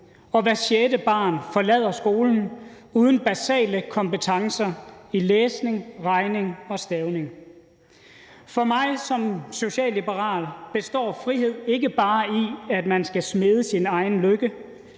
Hvert sjette barn forlader skolen uden basale kompetencer i læsning, regning og stavning. For mig som socialliberal består frihed ikke bare i, at man skal smede sin egen lykke.